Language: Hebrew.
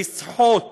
לסחוט